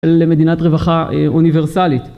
למדינת רווחה אוניברסלית.